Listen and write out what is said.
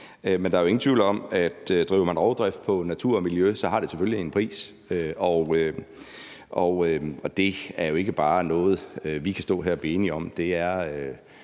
Men der er jo ingen tvivl om, at driver man rovdrift på natur og miljø, så har det selvfølgelig en pris. Og det er jo ikke bare noget, vi kan stå her og